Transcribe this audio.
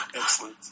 Excellent